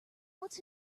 what’s